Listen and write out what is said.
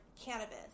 cannabis